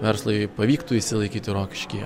verslui pavyktų išsilaikyti rokiškyje